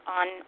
on